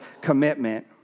commitment